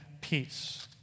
peace